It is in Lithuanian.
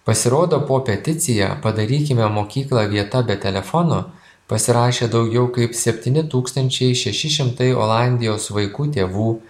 pasirodo po peticija padarykime mokyklą vieta be telefono pasirašė daugiau kaip septyni tūkstančiai šeši šimtai olandijos vaikų tėvų